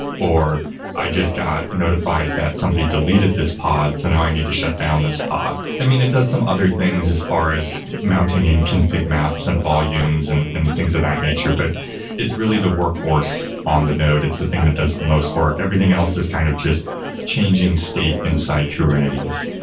or i just got notified that somebody deleted this pod, so now i need to shut down this pod i mean, it does some other things as far as mounting and config maps and volumes and and things of that nature, but it's really the workhorse on the node. it's the thing that does the most work. everything else is kind of just changing state inside kubernetes.